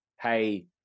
Hey